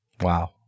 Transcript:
wow